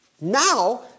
Now